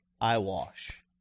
eyewash